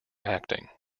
acting